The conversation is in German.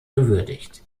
gewürdigt